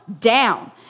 down